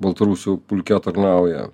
baltarusių pulke tarnauja